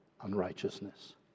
unrighteousness